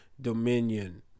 Dominion